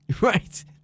Right